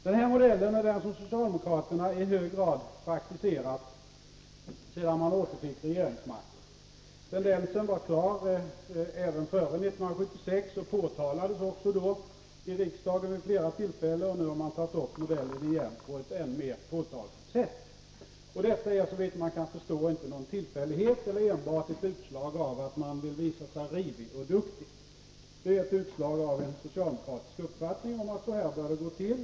Denna modell är den som socialdemokraterna i hög grad praktiserat sedan de återfick regeringsmakten. Tendensen var klar även före 1976, och detta påtalades också då i riksdagen vid flera tillfällen, och nu har man tagit upp modellen igen på ett än mer påtagligt sätt. Detta är, såvitt man kan förstå, inte någon tillfällighet eller enbart ett utslag av att man vill visa sig rivig och duktig. Det är ett utslag av en socialdemokratisk uppfattning om att det bör gå till så här.